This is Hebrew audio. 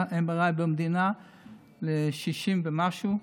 תשעה MRI במדינה ל-60 ומשהו,